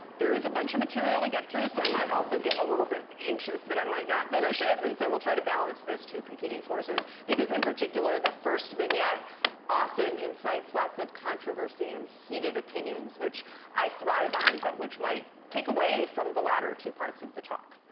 there is a bunch of material to get through, so i might also get a little bit anxious that i might not finish it. and so we'll try to balance those two competing forces, because in particular, the first vignette often incites lots of controversy and heated opinions, which i thrive on, but which might take away from the latter two parts of the talk.